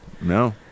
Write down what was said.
No